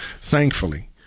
thankfully